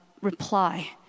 reply